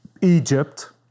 Egypt